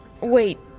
wait